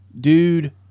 dude